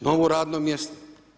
Novo radno mjesto.